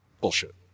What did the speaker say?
Bullshit